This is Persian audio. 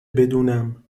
بدونم